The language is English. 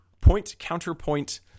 point-counterpoint